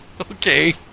Okay